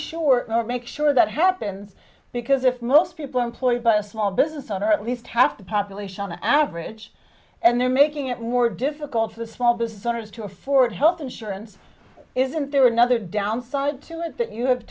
ensure make sure that happens because if most people are employed by a small business on at least half the population on the average and they're making it more difficult for the small business owners to afford health insurance isn't there another downside to it that you